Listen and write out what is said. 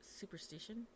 Superstition